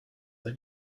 they